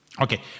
Okay